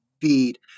Feed